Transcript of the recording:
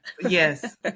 Yes